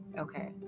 okay